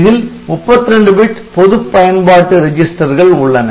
இதில் 32 பிட் பொதுப் பயன்பாட்டு ரெஜிஸ்டர்கள் உள்ளன